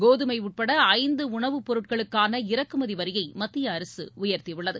கோதுமை உட்பட ஐந்து உணவுப்பொருட்களுக்கான இறக்குமதி வரியை மத்திய அரசு உயர்த்தி உள்ளது